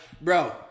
bro